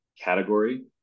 category